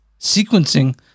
sequencing